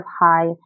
high